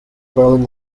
berlin